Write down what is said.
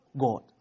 God